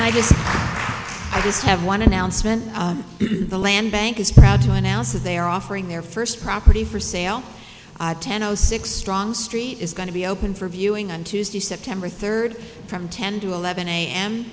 guess i just have one announcement the land bank is proud to announce that they are offering their first property for sale ten o six strong street is going to be open for viewing on tuesday september third from ten to eleven a